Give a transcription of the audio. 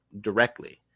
directly